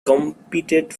competed